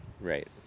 Right